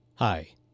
Hi